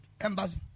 embassy